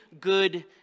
good